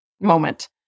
moment